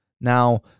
Now